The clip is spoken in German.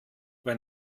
wer